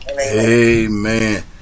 Amen